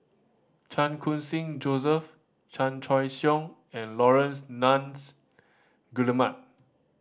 Chan Khun Sing Joseph Chan Choy Siong and Laurence Nunns Guillemard